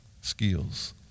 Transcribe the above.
skills